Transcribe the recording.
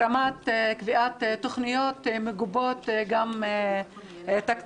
ברמת קביעת תוכניות מגובות תקציבים,